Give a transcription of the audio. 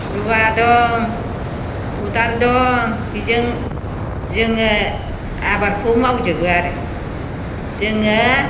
रुवा दं खदाल दं बेजों जोङो आबारखौ मावजोबो आरो जोङो